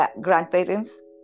grandparents